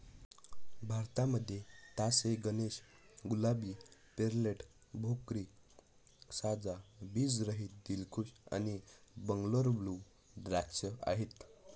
भारतामध्ये तास ए गणेश, गुलाबी, पेर्लेट, भोकरी, साजा, बीज रहित, दिलखुश आणि बंगलोर ब्लू द्राक्ष आहेत